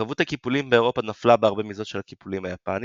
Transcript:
מורכבות הקיפולים באירופה נפלה בהרבה מזו של הקיפולים היפניים,